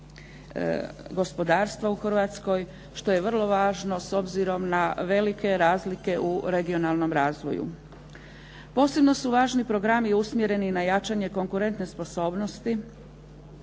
gospodarstva u Hrvatskoj što je vrlo važno s obzirom na velike razlike u regionalnom razvoju. Posebno su važni programi usmjereni na jačanje konkurentne sposobnosti